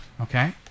Okay